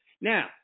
Now